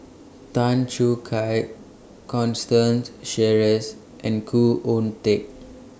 Tan Choo Kai Constance Sheares and Khoo Oon Teik